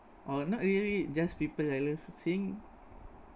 or not really just people I love seeing